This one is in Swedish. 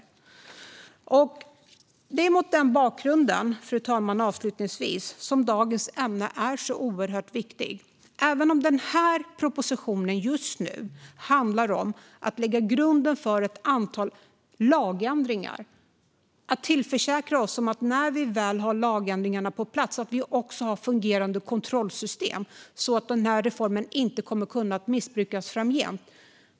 Fru talman! Det är mot den bakgrunden, avslutningsvis, som dagens ämne är så oerhört viktigt. Den här propositionen handlar om att lägga grunden för ett antal lagändringar. Vi ska försäkra oss om att vi när vi väl har lagändringarna på plats också har fungerande kontrollsystem så att reformen inte kommer att kunna missbrukas framgent.